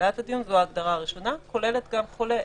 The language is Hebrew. בתחילת הדיון זו ההגדרה הראשונה - כוללת גם חולה.